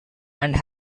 and